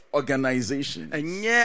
organizations